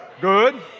Good